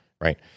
Right